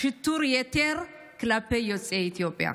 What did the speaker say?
שיטור יתר כלפי יוצאי אתיופיה.